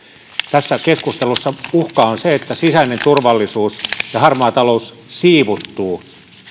tässä keskustelussa uhka on se että sisäinen turvallisuus ja harmaa talous siivuttuu